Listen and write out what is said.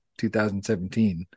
2017